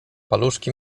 paluszki